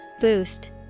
Boost